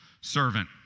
servant